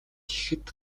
гэхэд